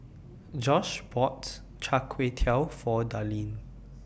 Josh bought Char Kway Teow For Darlene